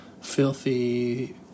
filthy